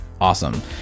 awesome